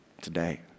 today